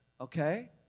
Okay